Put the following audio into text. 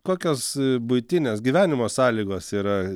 kokios buitinės gyvenimo sąlygos yra